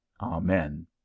amen